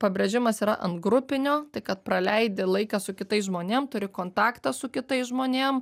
pabrėžimas yra ant grupinio tai kad praleidi laiką su kitais žmonėm turi kontaktą su kitais žmonėm